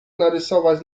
narysować